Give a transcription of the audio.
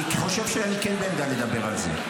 אני חושב שאני כן בעמדה לדבר על זה.